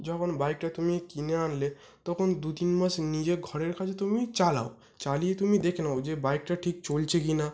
যখন বাইকটা তুমি কিনে আনলে তখন দু তিন মাস নিজে ঘরের কাছে তুমি চালাও চালিয়ে তুমি দেখে নাও যে বাইকটা ঠিক চলছে কিনা